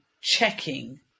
checking